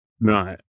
right